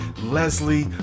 Leslie